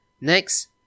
Next